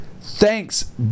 thanks